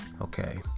okay